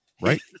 Right